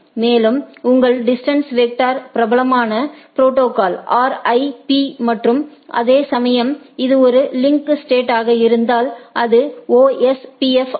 மேலும் உங்கள் டிஸ்டன்ஸ் வெக்டருக்கான பிரபலமான ப்ரோடோகால் RIP மற்றும் அதேசமயம் இது ஒரு லிங்க் ஸ்டேட் ஆக இருந்தால் அது OSPF ஆகும்